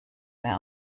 mehr